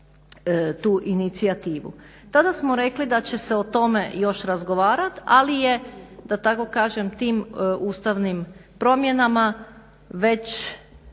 tu inicijativu. Tada smo rekli da će se o tome još razgovarat ali je da tako kažem tim ustavnim promjenama već